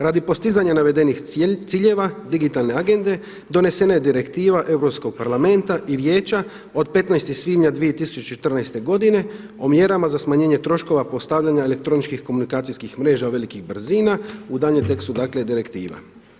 Radi postizanja navedenih ciljeva digitalne Agende donesena je Direktiva Europskog parlamenta i Vijeća od 15. svibnja 2014. godine o mjerama za smanjenje troškova postavljanja elektroničkih komunikacijskih mreža velikih brzina, u daljnjem tekstu, dakle direktiva.